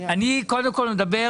אני מדבר קודם כול על